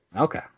Okay